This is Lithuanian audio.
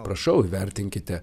prašau įvertinkite